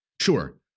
Sure